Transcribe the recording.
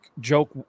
joke